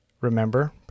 remember